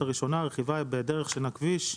הראשונה- הרכיבה היא בדרך שאינה כביש,